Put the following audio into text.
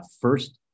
first